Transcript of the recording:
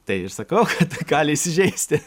tai ir sakau kad gali įsižeisti